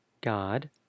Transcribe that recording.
God